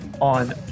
on